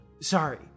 sorry